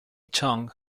chong